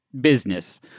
business